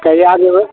कहिया जेबै